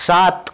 सात